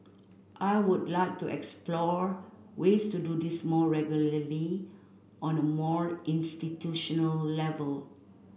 I would like to explore ways to do this more regularly on a more institutional level